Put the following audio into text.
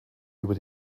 über